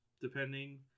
depending